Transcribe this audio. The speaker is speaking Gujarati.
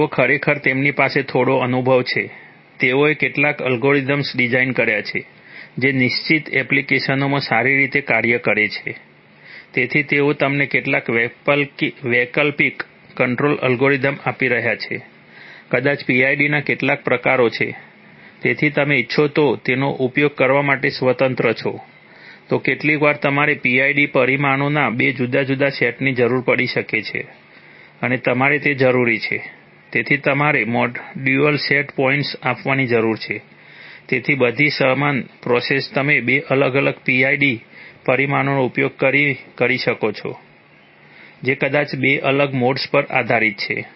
તેથી તેઓ ખરેખર છે તેમની પાસે થોડો અનુભવ છે તેઓએ કેટલાક એલ્ગોરિધમ્સ ડિઝાઇન કર્યા છે જે નિશ્ચિત એપ્લિકેશન્સમાં સારી રીતે કાર્ય કરે છે તેથી તેઓ તમને કેટલાક વૈકલ્પિક કંટ્રોલ અલ્ગોરિધમ આપી રહ્યા છે કદાચ PID ના કેટલાક પ્રકારો છે તેથી તમે ઇચ્છો તો તેનો ઉપયોગ કરવા માટે સ્વતંત્ર છો તો કેટલીકવાર તમારે PID પરિમાણોના બે જુદા જુદા સેટની જરૂર પડી શકે છે અને તમારે તે જરૂરી છે તેથી તમારે ડ્યુઅલ સેટ પોઇન્ટ્સ આપવાની જરૂર છે તેથી બધી સમાન પ્રોસેસ તમે બે અલગ અલગ PID પરિમાણોનો ઉપયોગ કરી શકો છો જે કદાચ બે અલગ મોડ્સ પર આધારિત છે